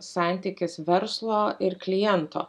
santykis verslo ir kliento